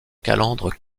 calandre